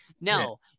No